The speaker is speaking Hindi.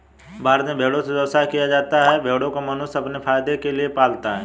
भारत में भेड़ों से व्यवसाय किया जाता है भेड़ों को मनुष्य अपने फायदे के लिए पालता है